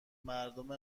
مردم